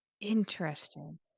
Interesting